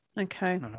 okay